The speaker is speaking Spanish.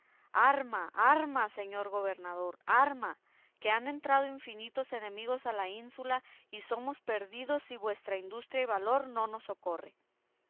arma arma señor gobernador arma que han entrado infinitos enemigos en la ínsula y somos perdidos si vuestra industria y valor no nos socorre